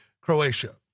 Croatia